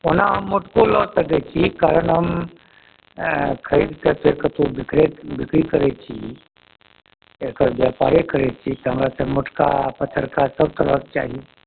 ओना हम मोटको लऽ सकैत छी कारण हम खरीद कऽ फेर कतहुँ बिक्रय बिक्री करैत छी एकर व्यपारे करैत छी तऽ हमरा मोटका पतरका सब तरहक चाही